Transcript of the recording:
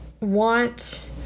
want